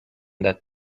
that